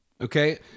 Okay